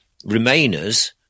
Remainers